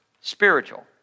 spiritual